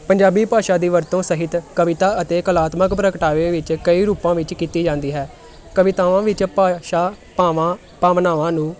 ਪੰਜਾਬੀ ਭਾਸ਼ਾ ਦੀ ਵਰਤੋਂ ਸਾਹਿਤ ਕਵਿਤਾ ਅਤੇ ਕਲਾਤਮਕ ਪ੍ਰਗਟਾਵੇ ਵਿੱਚ ਕਈ ਰੂਪਾਂ ਵਿੱਚ ਕੀਤੀ ਜਾਂਦੀ ਹੈ ਕਵਿਤਾਵਾਂ ਵਿੱਚ ਭਾਸ਼ਾਂ ਭਾਵਾਂ ਭਾਵਨਾਵਾਂ ਨੂੰ